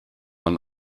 man